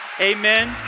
Amen